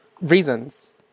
Reasons